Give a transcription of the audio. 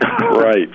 right